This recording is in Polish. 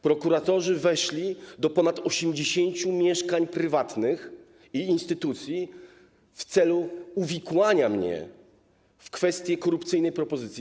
Prokuratorzy weszli do ponad 80 mieszkań prywatnych i instytucji, w celu uwikłania mnie w kwestie korupcyjnej propozycji.